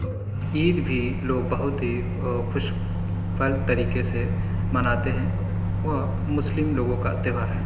عید بھی لوگ بہت ہی خوش پھل طریقے سے مناتے ہیں وہ مسلم لوگوں کو تہوار ہے